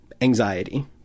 anxiety